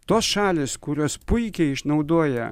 tos šalys kurios puikiai išnaudoja